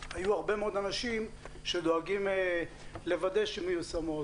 היו הרבה מאוד אנשים שדואגים לוודא שהן מיושמות,